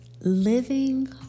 living